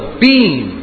beam